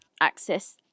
access